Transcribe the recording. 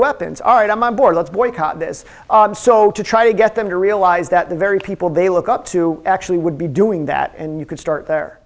weapons are and i'm on board let's boycott this so to try to get them to realize that the very people they look up to actually would be doing that and you could start there